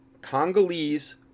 Congolese